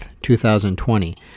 2020